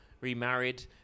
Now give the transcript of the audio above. remarried